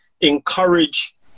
encourage